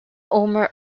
omer